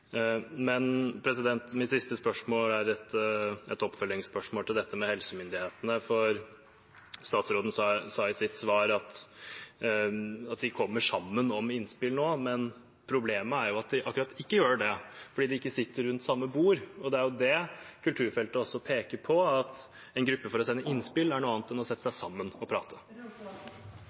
Mitt siste spørsmål er et oppfølgingsspørsmål til dette med helsemyndighetene. Statsråden sa i sitt svar at de kommer sammen om innspill nå, men problemet er at de akkurat ikke gjør det, fordi de ikke sitter rundt samme bord. Det er det kulturfeltet også peker på, at en gruppe for å sende innspill er noe annet enn å sette seg sammen og prate.